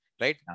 Right